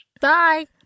Bye